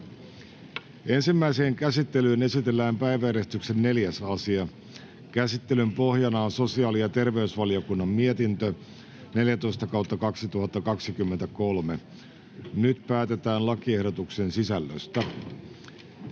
Ensimmäiseen käsittelyyn esitellään päiväjärjestyksen 5. asia. Käsittelyn pohjana on sosiaali- ja terveysvaliokunnan mietintö StVM 16/2023 vp. Nyt päätetään lakiehdotusten sisällöstä.